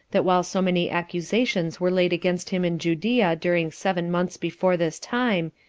that while so many accusations were laid against him in judea during seven months before this time,